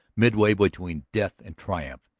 midway between death and triumph.